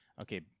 Okay